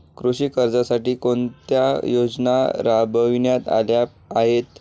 कृषी कर्जासाठी कोणत्या योजना राबविण्यात आल्या आहेत?